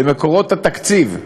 למקורות התקציב,